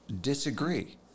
disagree